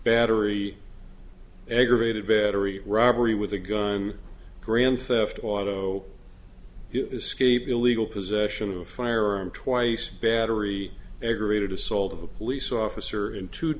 battery aggravated battery robbery with a gun grand theft auto escape illegal possession of a firearm twice a battery aggravated assault of a police officer into